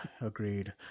Agreed